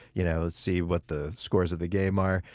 you know see what the scores of the game are.